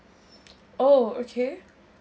oh okay